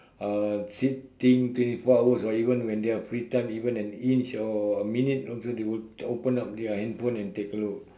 uh sitting twenty four hours or even when their free time even an inch or minute also they will open up their handphone and take a look